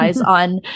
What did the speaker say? on